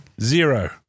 Zero